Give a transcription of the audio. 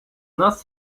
нас